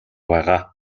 байгаа